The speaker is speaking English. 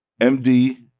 MD